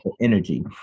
energy